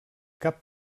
cap